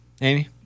Amy